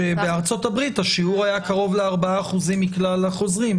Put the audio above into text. שבארצות הברית השיעור היה קרוב ל-4% מכלל החוזרים,